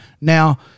Now